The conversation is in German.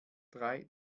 drei